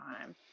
time